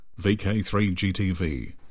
VK3GTV